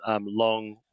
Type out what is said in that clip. long